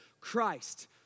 Christ